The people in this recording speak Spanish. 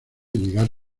llegar